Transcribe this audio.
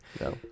No